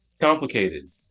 Complicated